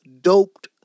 doped